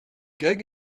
going